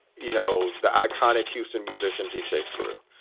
you know, the iconic houston musician deejay screw.